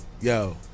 Yo